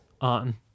on